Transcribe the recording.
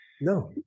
no